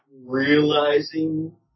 realizing